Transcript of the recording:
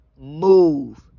Move